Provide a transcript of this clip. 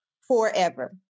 forever